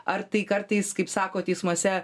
ar tai kartais kaip sako teismuose